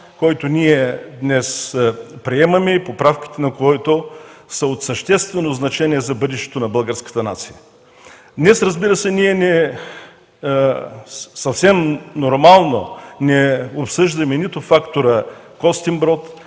който ние днес приемаме, и поправките на който са от съществено значение за бъдещето на българската нация. Днес, разбира се, ние съвсем нормално не осъждаме нито фактора „Костинброд”,